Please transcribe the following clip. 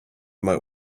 might